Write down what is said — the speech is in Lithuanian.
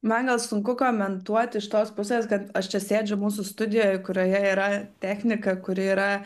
man gal sunku komentuoti iš tos pusės kad aš čia sėdžiu mūsų studijoj kurioje yra technika kuri yra